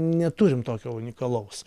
neturim tokio unikalaus